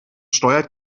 steuert